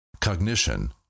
Cognition